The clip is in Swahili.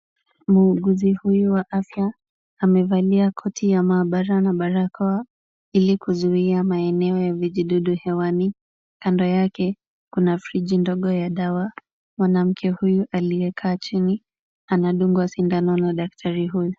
Muuguzi huyu wa afya amevalia koti ya maabara na barakoa ili kuzuia maeneo ya mijidudu hewani. Kando yake kuna friji ndogo ya dawa. Mwanamke huyu aliyekaa chini anadungwa sindano na daktari huyu.